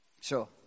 Sure